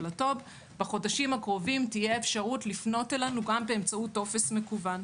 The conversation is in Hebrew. בחודשים הקרובים תהיה אפשרות לפנות אלינו גם באמצעות טופס מקוון.